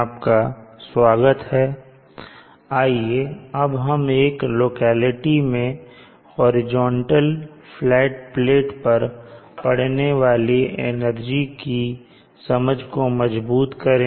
आइए अब हम एक लोकेलिटी में हॉरिजॉन्टल फ्लैट प्लेट पर पडने वाली एनर्जी की समझ को मजबूत करें